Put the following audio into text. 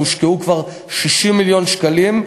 והושקעו כבר 60 מיליון שקלים,